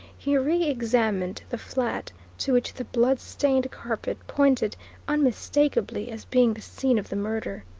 he reexamined the flat to which the bloodstained carpet pointed unmistakably as being the scene of the murder.